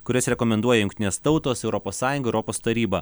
kurias rekomenduoja jungtinės tautos europos sąjunga europos taryba